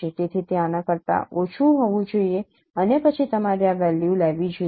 તેથી તે આના કરતા ઓછું હોવું જોઈએ અને પછી તમારે આ વેલ્યુ લેવી જોઈએ